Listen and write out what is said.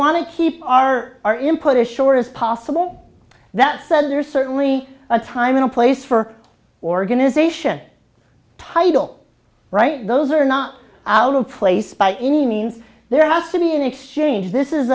want to keep our our input as short as possible that said there is certainly a time in a place for organization title right those are not out of place by any means there has to be an exchange